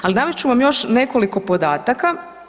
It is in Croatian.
Ali navest ću vam još nekoliko podataka.